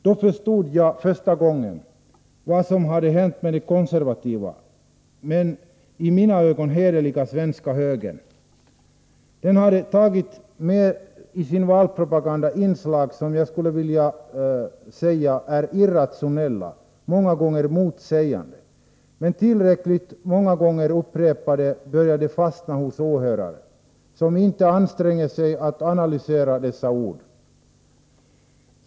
Då förstod jag för första gången vad som hade hänt med den konservativa, men i mina ögon hederliga svenska högern. Den hade tagit medisin valpropaganda inslag som jag skulle vilja säga är irrationella, många gånger motsägande. Men tillräckligt många gånger upprepade börjar de fastna hos åhörare, som inte anstränger sig att analysera dessa ord.